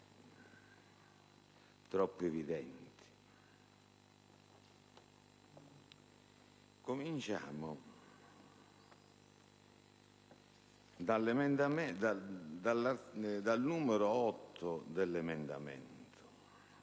troppo evidenti. Cominciamo dal comma 8 dell'emendamento